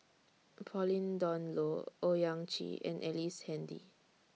Pauline Dawn Loh Owyang Chi and Ellice Handy